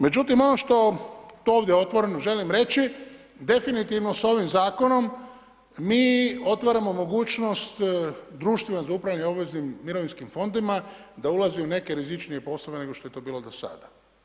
Međutim, ono što to ovdje otvoreno želim reći definitivno sa ovim zakonom mi otvaramo mogućnost društvima za upravljanje obveznim mirovinskim fondovima da ulazi u neke rizičnije poslove nego što je to bilo do sada.